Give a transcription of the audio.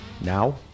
Now